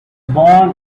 born